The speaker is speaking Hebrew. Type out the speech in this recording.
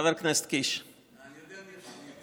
חבר הכנסת קיש, אני יודע מי השני.